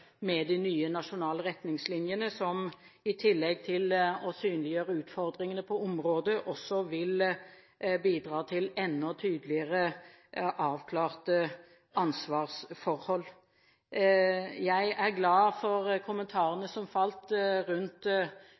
med de nye nasjonale retningslinjene, som i tillegg til å synliggjøre utfordringene på området også vil bidra til enda tydeligere, avklarte ansvarsforhold. Jeg er glad for kommentarene som falt rundt